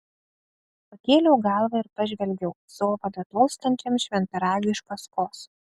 pakėliau galvą ir pažvelgiau zovada tolstančiam šventaragiui iš paskos